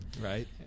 Right